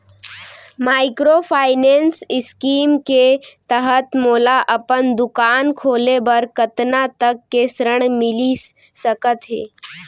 Microfinance scheme के तहत मोला अपन दुकान खोले बर कतना तक के ऋण मिलिस सकत हे?